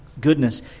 goodness